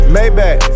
Maybach